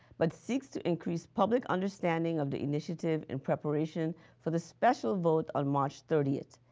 but seeks to increase public understanding of the initiative in preparation for the special vote on march thirtieth.